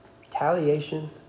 retaliation